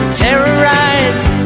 terrorized